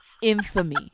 Infamy